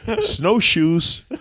Snowshoes